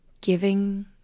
Giving